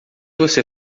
você